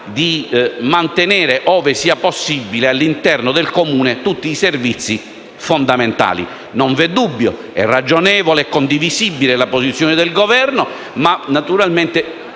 di mantenere, ove sia possibile, all'interno del Comune tutti i servizi fondamentali. Non v'è dubbio che sia ragionevole e condivisibile la posizione del Governo, ma naturalmente